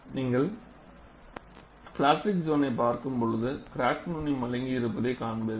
நீங்கள் பிளாஸ்டிக் சோன்னை பார்க்கும் பொழுது கிராக் நுனி மழுங்கியிருப்பதை காண்பீர்கள்